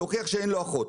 להוכיח שאין לו אחות.